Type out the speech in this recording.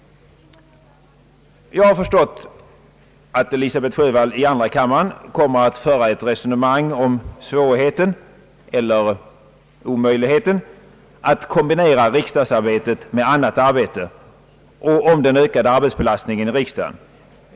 Jag har förstått att fru Elisabet Sjövall i andra kammaren kommer att föra ett resonemang om svårigheten — eller omöjligheten — att kombinera riksdagsarbetet med annat arbete och om den ökade arbetsbelastningen i riksdagen.